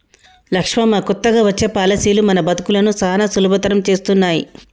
లక్ష్మమ్మ కొత్తగా వచ్చే పాలసీలు మన బతుకులను సానా సులభతరం చేస్తున్నాయి